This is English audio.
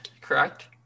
correct